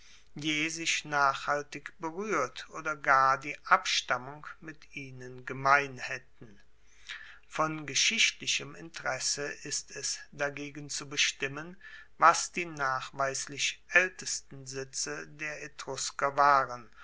je sich nachhaltig beruehrt oder gar die abstammung mit ihnen gemein haetten von geschichtlichem interesse ist es dagegen zu bestimmen was die nachweislich aeltesten sitze der etrusker waren